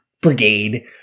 brigade